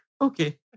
Okay